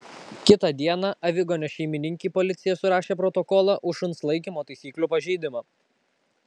kitą dieną aviganio šeimininkei policija surašė protokolą už šuns laikymo taisyklių pažeidimą